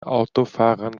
autofahrern